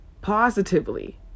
positively